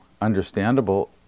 understandable